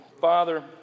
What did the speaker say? Father